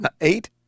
eight